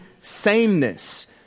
sameness